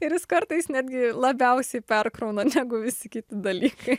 ir jis kartais netgi labiausiai perkrauna negu visi kiti dalykai